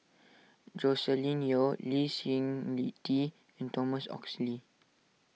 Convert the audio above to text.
Joscelin Yeo Lee Seng Lee Tee and Thomas Oxley